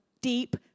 deep